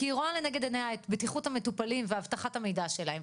כי היא רואה לנגד עינה את בטיחות המטופלים ואבטחת המידע שלהם.